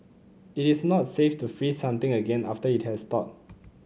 it is not safe to freeze something again after it has thawed